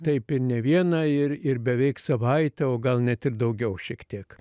taip ir ne vieną ir ir beveik savaitę o gal net ir daugiau šiek tiek